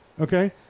Okay